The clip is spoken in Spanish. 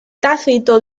tácito